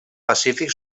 pacífic